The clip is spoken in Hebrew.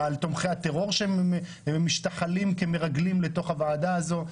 על תומכי הטרור שמשתחלים כמרגלים לתוך הוועדה הזאת,